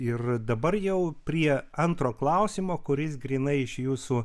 ir dabar jau prie antro klausimo kuris grynai iš jūsų